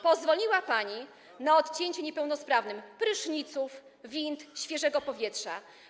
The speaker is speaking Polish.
Pozwoliła pani na odcięcie niepełnosprawnym pryszniców, wind, świeżego powietrza.